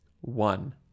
One